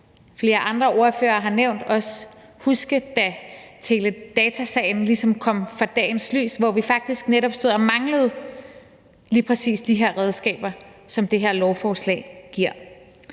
flere andre ordførere har nævnt, ligesom kom for dagens lys, at vi faktisk netop stod og manglede lige præcis de her redskaber, som det her lovforslag giver.